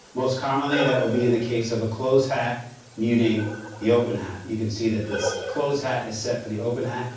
most commonly that would be in the case of a closed-hat muting the open-hat. you can see that this closed-hat is set for the open-hat.